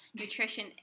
nutrition